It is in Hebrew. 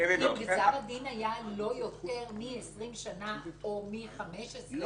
אם גזר הדין היה אם לא מ-20 שנים או מ-15 שנים,